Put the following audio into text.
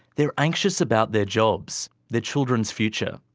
they are anxious about their jobs, their children's future,